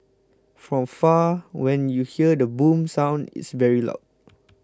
from far when you hear the boom sound it's very loud